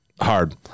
Hard